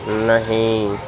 نہیں